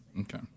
Okay